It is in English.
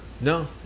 No